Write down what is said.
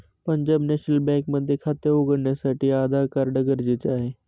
Punjab national bank मध्ये खाते उघडण्यासाठी आधार कार्ड गरजेचे आहे